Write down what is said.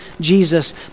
Jesus